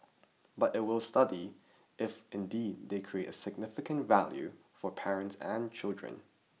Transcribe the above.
but it will study if indeed they create a significant value for parents and children